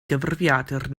gyfrifiadur